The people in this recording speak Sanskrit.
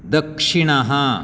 दक्षिणः